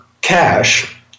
cash